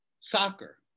soccer